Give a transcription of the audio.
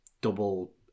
double